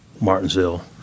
Martinsville